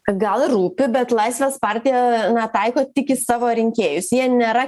gal rūpi bet laisvės partija na taiko tik į savo rinkėjus jie nėra